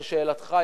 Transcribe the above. לשאלתך,